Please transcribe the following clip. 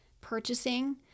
Purchasing